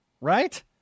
right